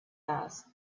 asked